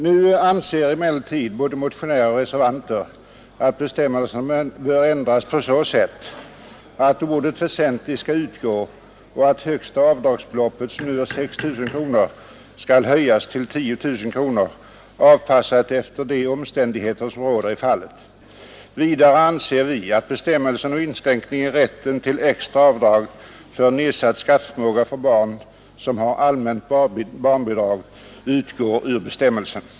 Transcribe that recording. Nu anser emellertid såväl motionärer som reservanter att bestämmelserna bör ändras på så sätt att ordet ”väsentlig” skall utgå och att högsta avdragsbeloppet, som nu är 6 000 kronor, skall höjas till 10 000 kronor, avpassat efter de omständigheter som råder i fallet. Vidare anser vi att bestämmelsen om inskränkning i rätten till extra avdrag för nedsatt skatteförmåga vid underhåll av barn som har allmänt barnbidrag bör utgå.